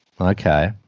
okay